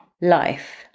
life